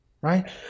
Right